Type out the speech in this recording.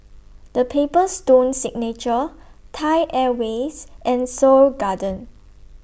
The Paper Stone Signature Thai Airways and Seoul Garden